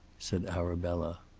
said arabella.